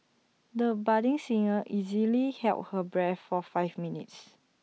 the budding singer easily held her breath for five minutes